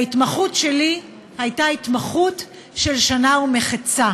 ההתמחות שלי הייתה התמחות של שנה ומחצה,